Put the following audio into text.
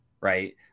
Right